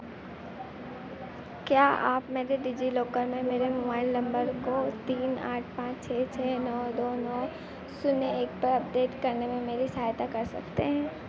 क्या आप मेरे डिजिलॉकर में मेरे मोबाइल नंबर को तीन आठ पाँच छः छः नौ दो नौ शून्य एक पर अपडेट करने में मेरी सहायता कर सकते हैं